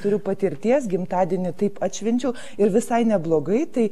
turiu patirties gimtadienį taip atšvenčiau ir visai neblogai tai